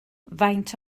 faint